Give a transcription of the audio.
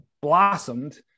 blossomed